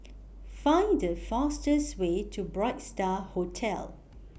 Find The fastest Way to Bright STAR Hotel